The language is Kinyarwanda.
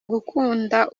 gukunda